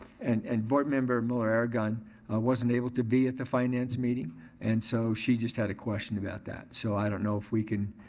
and and board member muller-aragon wasn't able to be at the finance meeting and so she just had a question about that. so i don't know if we can